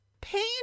pain